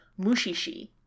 Mushishi